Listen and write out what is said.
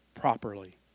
properly